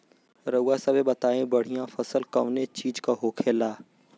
रउआ सभे बताई बढ़ियां फसल कवने चीज़क होखेला?